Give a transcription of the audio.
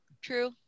true